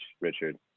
richard